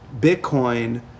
Bitcoin